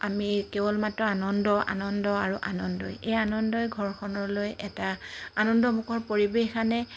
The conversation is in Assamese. আমি কেৱল মাত্ৰ আনন্দ আনন্দ আৰু আনন্দই এই আনন্দই ঘৰখনলৈ এটা আনন্দমুখৰ পৰিৱেশ আনে